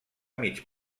mig